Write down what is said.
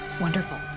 Wonderful